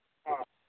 ꯑꯥ